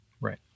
Right